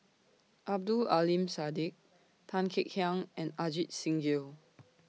Abdul Aleem Siddique Tan Kek Hiang and Ajit Singh Gill